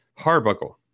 Harbuckle